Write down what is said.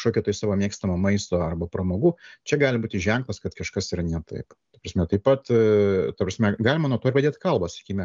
kažkokio tai savo mėgstamo maisto arba pramogų čia gali būti ženklas kad kažkas yra ne taip ta prasme taip pat ta prasme galima nuo to ir pradėt kalbą sakykime